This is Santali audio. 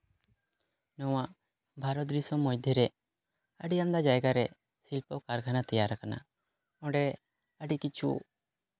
ᱱᱚᱣᱟ ᱵᱷᱟᱨᱚᱛ ᱫᱤᱥᱚᱢ ᱢᱚᱫᱽᱫᱷᱮᱨᱮ ᱟᱹᱰᱤ ᱟᱢᱫᱟ ᱡᱟᱭᱜᱟᱨᱮ ᱥᱤᱯᱚ ᱠᱟᱨᱠᱷᱟᱱᱟ ᱛᱮᱭᱟᱨ ᱟᱠᱟᱱᱟ ᱚᱸᱰᱮ ᱟᱹᱰᱤ ᱠᱤᱪᱷᱩ